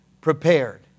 prepared